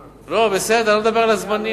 לא, בסדר, אני לא מדבר על הזמנים.